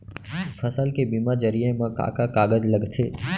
फसल के बीमा जरिए मा का का कागज लगथे?